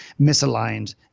misaligned